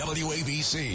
wabc